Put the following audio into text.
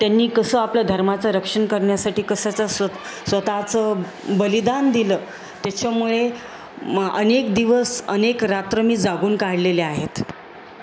त्यांनी कसं आपलं धर्माचं रक्षण करण्यासाठी कशाचं स्व स्वतःचं बलिदान दिलं त्याच्यामुळे मग अनेक दिवस अनेक रात्र मी जागून काढलेले आहेत